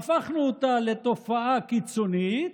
והפכנו אותה לתופעה קיצונית,